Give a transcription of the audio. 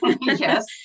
Yes